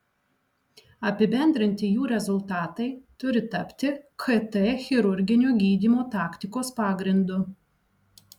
apibendrinti jų rezultatai turi tapti kt chirurginio gydymo taktikos pagrindu